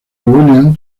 william